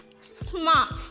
smart